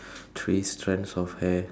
three strands of hair